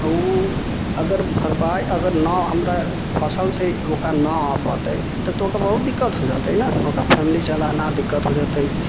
आ ओ अगर भरपाइ अगर न हमरा फसल से ओकरा न अ पऽतै तऽ ओकरा बहुत दिक्कत हो जेतै न ओकरा फैमिली चलाना दिक्कत हो जेतै